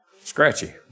scratchy